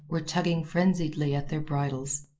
were tugging frenziedly at their bridles.